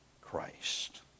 Christ